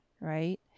Right